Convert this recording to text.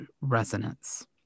resonance